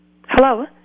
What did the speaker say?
Hello